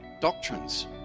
doctrines